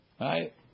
Right